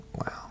Wow